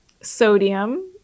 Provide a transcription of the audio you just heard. sodium